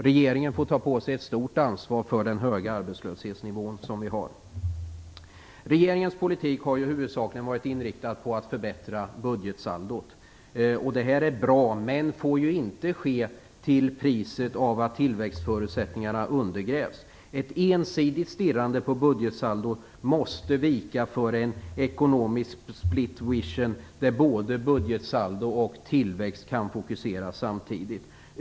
Regeringen får ta på sig ett stort ansvar för den höga arbetslöshetsnivå som vi har. Regeringens politik har huvudsakligen varit inriktad på att förbättra budgetsaldot. Det är bra, men det får inte ske till priset av att tillväxtförutsättningarna undergrävs. Ett ensidigt stirrande på budgetsaldot måste vika för en ekonomisk "split vision" där både budgetsaldo och tillväxt kan fokuseras samtidigt.